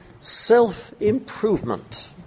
self-improvement